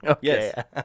yes